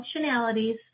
functionalities